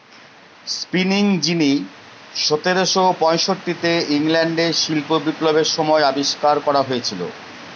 spinning jenny সতেরোশো পয়ষট্টিতে ইংল্যান্ডে শিল্প বিপ্লবের সময় আবিষ্কার করা হয়েছিল